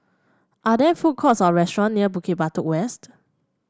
are there food courts or restaurant near Bukit Batok West